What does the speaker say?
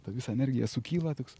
ta visa energija sukyla toks